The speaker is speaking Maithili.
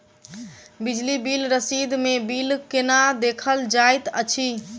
बिजली बिल रसीद मे बिल केना देखल जाइत अछि?